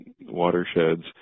watersheds